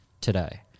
today